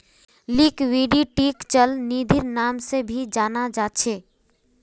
लिक्विडिटीक चल निधिर नाम से भी जाना जा छे